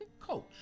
coach